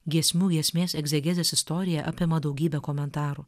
giesmių giesmės egzegezės istorija apima daugybę komentarų